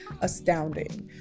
astounding